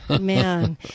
man